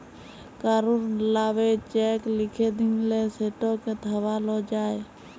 কারুর লামে চ্যাক লিখে দিঁলে সেটকে থামালো যায়